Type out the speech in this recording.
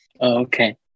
Okay